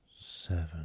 seven